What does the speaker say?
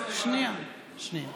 שנייה.